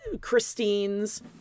Christine's